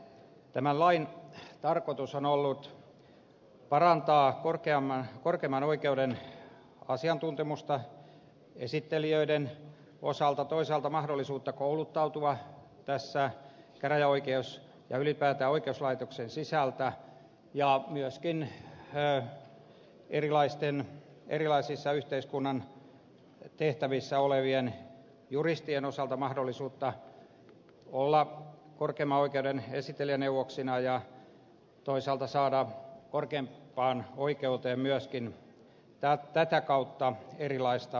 tämän lain tarkoitus on ollut parantaa korkeimman oikeuden asiantuntemusta esittelijöiden osalta toisaalta mahdollisuutta kouluttautua käräjäoikeus ja ylipäätään oikeuslaitoksen sisällä ja myöskin erilaisissa yhteiskunnan tehtävissä olevien juristien osalta mahdollisuutta olla korkeimman oikeuden esittelijäneuvoksina ja toisaalta mahdollisuutta saada korkeimpaan oikeuteen myöskin tätä kautta erilaista pätevyyttä